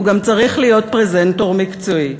הוא גם צריך להיות פרזנטור מקצועי,